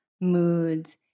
moods